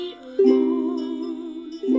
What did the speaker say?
alone